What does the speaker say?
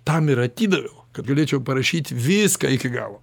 tam ir atidaviau kad galėčiau parašyti viską iki galo